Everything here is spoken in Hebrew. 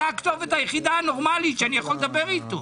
אתה הכתובת היחידה הנורמלית שאני יכול לדבר איתו.